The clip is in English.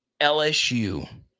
LSU